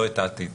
לא את העתיד.